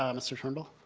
um mr. turnbull?